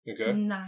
Okay